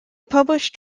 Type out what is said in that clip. published